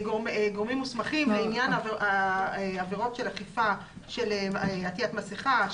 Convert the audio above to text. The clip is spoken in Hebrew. לגורמים מוסמכים לעניין עבירות של אי-עטיית מסכה,